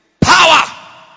power